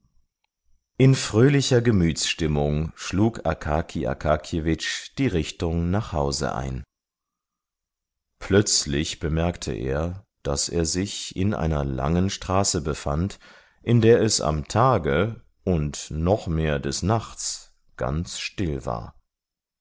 in fröhlicher gemütsstimmung schlug akaki akakjewitsch die richtung nach hause ein plötzlich bemerkte er daß er sich in einer langen straße befand in der es am tage und noch mehr des nachts ganz still war